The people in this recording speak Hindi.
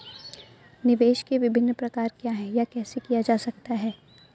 निवेश के विभिन्न प्रकार क्या हैं यह कैसे किया जा सकता है?